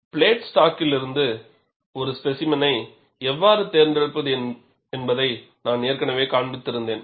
plate ஸ்டாக்கிலிருந்து ஒரு ஸ்பேசிமெனை எவ்வாறு தேர்ந்தெடுப்பது என்பதை நான் ஏற்கனவே காண்பித்திருந்தேன்